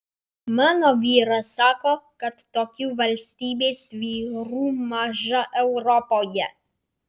mano vyras sako kad tokių valstybės vyrų maža europoje